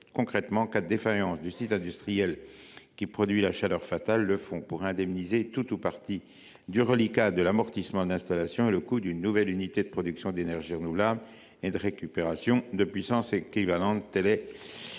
Concrètement, en cas de défaillance du site industriel qui produit la chaleur fatale, le fonds pourrait indemniser tout ou partie du reliquat de l’amortissement de l’installation et le coût d’une nouvelle unité de production d’énergie renouvelable et de récupération de puissance équivalente. Les deux